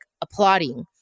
applauding